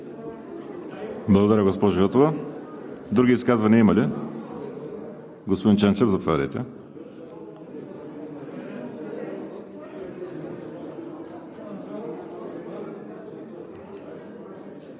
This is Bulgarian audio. Благодаря, госпожо Йотова. Други изказвания има ли? Господин Ченчев, заповядайте. Моля